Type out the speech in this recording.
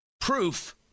proof